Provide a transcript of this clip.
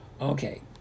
okay